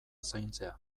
zaintzea